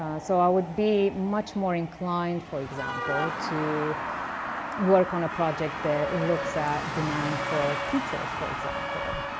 so i would be much more inclined, for example, to work on a project that looks at demand for teachers, for example,